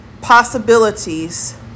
possibilities